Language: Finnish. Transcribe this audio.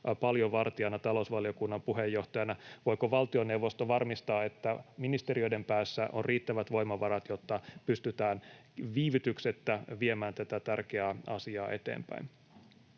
paljon vartijana talousvaliokunnan puheenjohtajana? Voiko valtioneuvosto varmistaa, että ministeriöiden päässä on riittävät voimavarat, jotta pystytään viivytyksettä viemään tätä tärkeää asiaa eteenpäin?